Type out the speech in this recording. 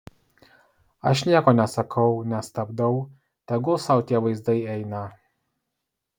aš nieko nesakau nestabdau tegul sau tie vaizdai eina